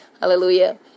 hallelujah